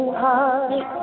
heart